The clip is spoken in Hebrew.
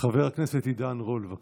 חבר הכנסת עידן רול, בבקשה.